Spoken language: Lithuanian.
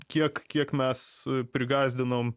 kiek kiek mes prigąsdinom